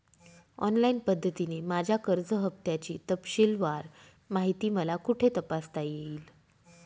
Online पद्धतीने माझ्या कर्ज हफ्त्याची तपशीलवार माहिती मला कुठे तपासता येईल?